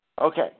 Okay